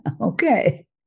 Okay